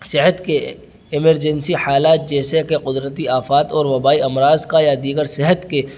صحت کے ایمرجنسی حالات جیسے کہ قدرتی آفات اور وبائی امراض کا یا دیگر صحت کے